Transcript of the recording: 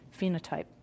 phenotype